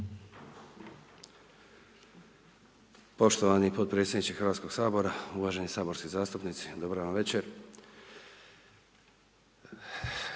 Poštovani potpredsjedniče Hrvatskog Sabora, uvaženi saborski zastupnici, dobra vam večer.